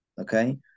okay